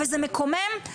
וזה מקומם,